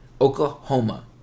Oklahoma